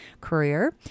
career